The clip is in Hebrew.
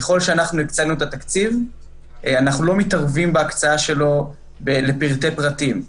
ככל שהקצינו את התקציב אנחנו לא מתערבים בהקצאה שלו לפרטי פרטים.